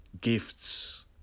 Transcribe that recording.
Gifts